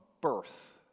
birth